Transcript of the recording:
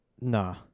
Nah